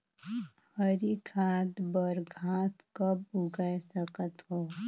हरी खाद बर घास कब उगाय सकत हो?